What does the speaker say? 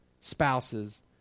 Spouses